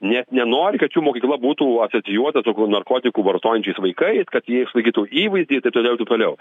nes nenori kad jų mokykla būtų asocijuota su kokių narkotikų vartojančiais vaikais kad jie išlaikytų įvaizdį taip toliau ir taip toliau